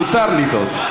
מותר לטעות.